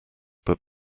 but